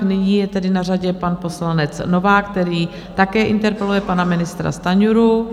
Nyní je tedy na řadě pan poslanec Novák, který také interpeluje pana ministra Stanjuru.